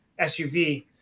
SUV